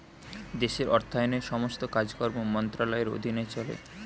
দেশের অর্থায়নের সমস্ত কাজকর্ম মন্ত্রণালয়ের অধীনে চলে